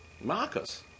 Marcus